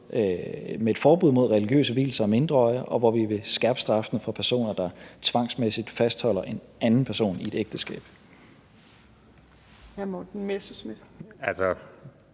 om et forbud imod religiøse vielser af mindreårige, og hvor vi vil skærpe straffen for personer, der tvangsmæssigt fastholder en anden person i et ægteskab.